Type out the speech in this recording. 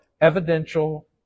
evidential